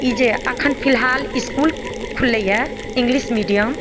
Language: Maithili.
ई जे एखन फिलहाल इस्कुल खुजलैए इंग्लिश मीडियम